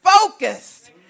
Focused